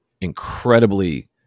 incredibly